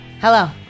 Hello